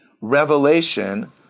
revelation